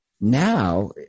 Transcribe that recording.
now